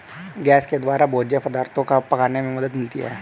gas के द्वारा भोज्य पदार्थो को पकाने में मदद मिलती है